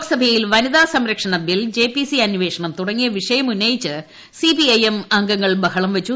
ലോക്സഭയിൽ വനിതാ സംവരണ ബിൽ ജെ പി സി അന്വേഷണം തുടങ്ങിയ വിഷയം ഉന്നയിച്ച് സി പി ഐ എം അംഗങ്ങൾ ബഹളം വച്ചു